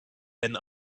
been